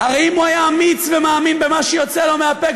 הרי אם הוא היה אמיץ ומאמין במה שיוצא לו מהפה,